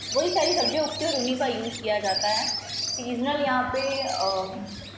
वही सारी सब्जियाँ उगती हैं और उन्हीं का यूज़ किया जाता है सीज़नल यहाँ पे